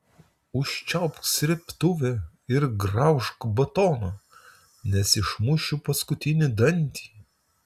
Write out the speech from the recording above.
užčiaupk srėbtuvę ir graužk batoną nes išmušiu paskutinį dantį